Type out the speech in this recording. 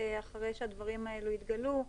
אחרי שהדברים האלה התגלו.